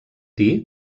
dir